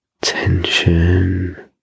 tension